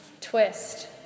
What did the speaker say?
twist